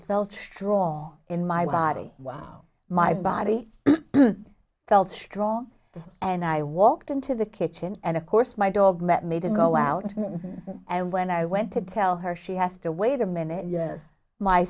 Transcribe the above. felt strong in my body while my body felt strong and i walked into the kitchen and of course my dog met made him go out and when i went to tell her she has to wait a minute yes my